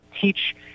teach